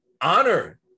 honor